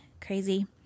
crazy